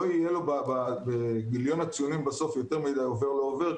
לא יהיה לו בגיליון הציונים בסוף יותר מדי עובר/לא עובר.